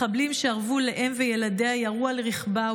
מחבלים שארבו לאם וילדיה ירו על רכבה,